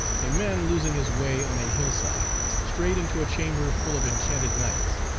a man losing his way on a hillside, strayed into a chamber full of enchanted knights,